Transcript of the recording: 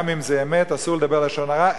גם אם זה אמת, אסור לדבר לשון הרע.